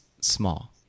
small